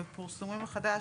ופורסמו מחדש,